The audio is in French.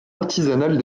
artisanale